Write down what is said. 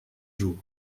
jours